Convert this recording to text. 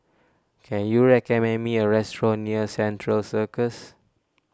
can you recommend me a restaurant near Central Circus